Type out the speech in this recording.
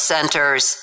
Centers